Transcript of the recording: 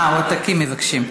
אה, עותקים מבקשים.